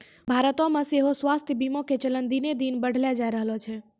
भारतो मे सेहो स्वास्थ्य बीमा के चलन दिने दिन बढ़ले जाय रहलो छै